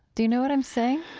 do you know what i'm saying?